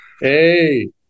Hey